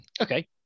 Okay